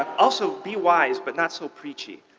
also be wise, but not so preachy.